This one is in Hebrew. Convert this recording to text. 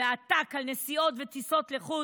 ועתק על נסיעות וטיסות לחו"ל,